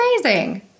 amazing